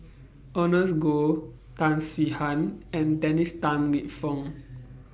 Ernest Goh Tan Swie Hian and Dennis Tan Lip Fong